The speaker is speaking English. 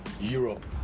Europe